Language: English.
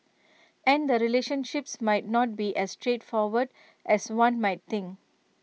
and the relationships might not be as straightforward as one might think